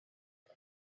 him